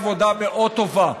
שעושה עבודה מאוד טובה,